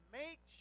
make